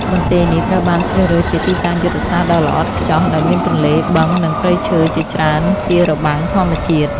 បន្ទាយនេះត្រូវបានជ្រើសរើសជាទីតាំងយុទ្ធសាស្ត្រដ៏ល្អឥតខ្ចោះ ដោយមានទន្លេ បឹង និងព្រៃឈើជាច្រើនជារបាំងធម្មជាតិ។